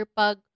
pag